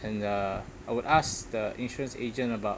and uh I would ask the insurance agent about